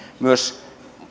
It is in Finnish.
myös